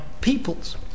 peoples